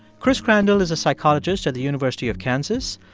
chris crandall is a psychologist at the university of kansas.